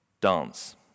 dance